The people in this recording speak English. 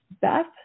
Beth